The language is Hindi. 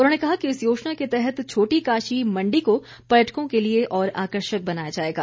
उन्होंने कहा कि इस योजना के तहत छोटी काशी मंडी को पर्यटकों के लिए और आकर्षक बनाया जाएगा